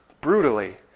brutally